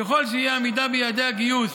ככל שאי-עמידה ביעדי הגיוס